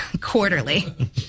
quarterly